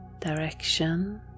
direction